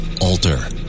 Alter